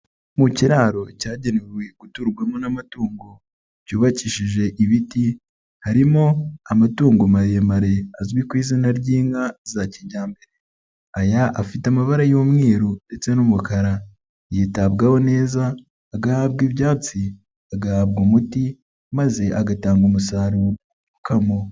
Mu kiraro cyagenewe guturwamo n'amatungo, cyubakishije ibiti harimo amatungo maremare azwi ku izina ry'inka za kijyambere, aya afite amabara y'umweru ndetse n'umukara, yitabwaho neza agahabwa ibyatsi, agahabwa umuti maze agatanga umusaruro umukamo.